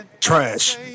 Trash